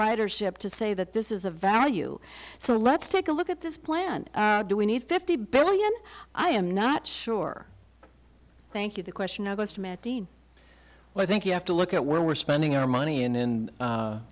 ridership to say that this is a value so let's take a look at this plan do we need fifty billion i am not sure thank you the question well i think you have to look at where we're spending our money in